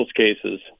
cases